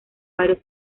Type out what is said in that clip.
varios